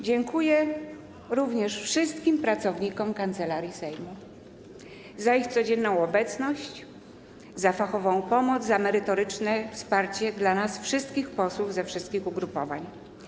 Dziękuję również wszystkim pracownikom Kancelarii Sejmu za ich codzienną obecność, za fachową pomoc, za merytoryczne wsparcie dla nas, wszystkich posłów ze wszystkich ugrupowań.